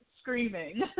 Screaming